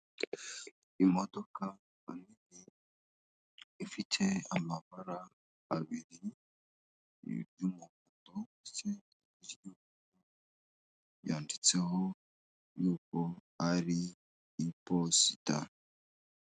Imodoka nini, ifite amabara abiri, iry'umuhondo niry'ikigina yanditseho y'uko ari iposita.